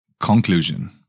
Conclusion